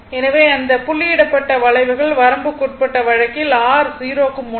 எனவே அந்த புள்ளியிடப்பட்ட வளைவுகள் வரம்புக்குட்பட்ட வழக்கில் R 0 க்கு முனையும்